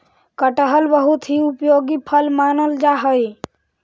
कटहल बहुत ही उपयोगी फल मानल जा हई